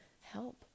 help